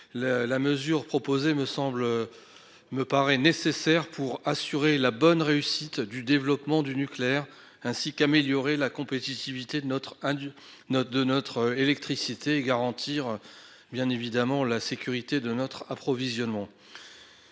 Cette disposition me paraît nécessaire pour assurer la bonne réussite du développement du nucléaire et, ainsi, améliorer la compétitivité de notre électricité et garantir la sécurité de notre approvisionnement.